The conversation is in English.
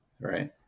Right